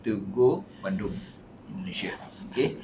to go bandung indonesia okay